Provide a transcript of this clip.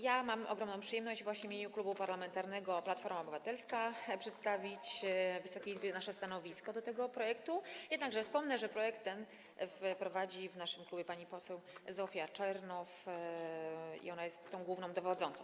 Ja mam ogromną przyjemność właśnie w imieniu Klubu Parlamentarnego Platforma Obywatelska przedstawić Wysokiej Izbie nasze stanowisko wobec tego projektu, jednakże wspomnę, że prace nad tym projektem w naszym klubie prowadzi pani poseł Zofia Czernow i ona jest w tym zakresie główną dowodzącą.